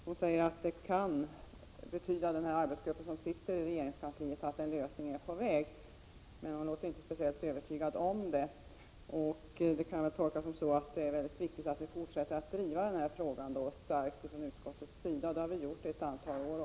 Hon säger att arbetsgruppen i regeringskansliet kan vara på väg att finna en lösning, men hon låter inte speciellt övertygad. Jag tolkar det så att det är mycket viktigt att utskottet fortsätter att starkt driva denna fråga, som vi har gjort under ett antal år.